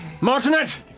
Martinet